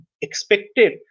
expected